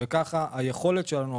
ככה היכולת שלנו,